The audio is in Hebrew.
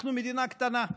אנחנו מדינה קטנה,